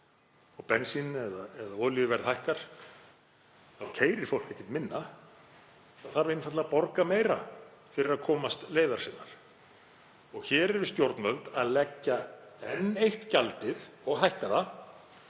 og bensín- eða olíuverð hækkar þá keyrir fólk ekkert minna. Það þarf einfaldlega að borga meira fyrir að komast leiðar sinnar. Hér eru stjórnvöld að leggja á enn eitt gjaldið og hækka það